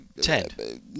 Ted